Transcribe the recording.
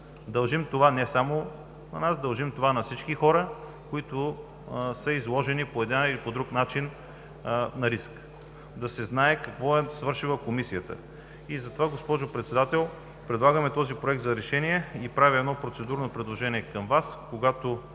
Дължим това не само на нас, дължим това на всички хора, които са изложени по един или друг начин на риск, да се знае какво е свършила Комисията и затова, госпожо Председател, предлагаме този Проект за решение. Правя едно процедурно предложение към Вас, когато